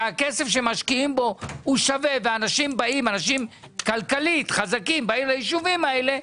שהכסף שמשקיעים בו שווה ואנשים חזקים כלכלית באים ליישובים האלה.